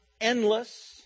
endless